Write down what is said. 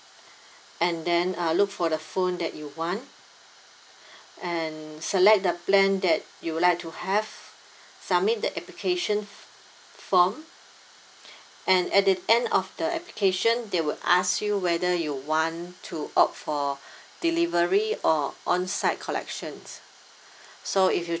and then uh look for the phone that you want and select the plan that you would like to have submit the application form and at the end of the application they will ask you whether you want to opt for delivery or on site collection so if you